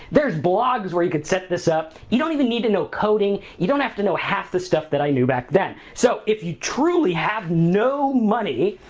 there's blogs where you can set this up. you don't even need to know coding. you don't have to know half the stuff i knew back then. so, if you truly have no money,